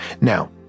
Now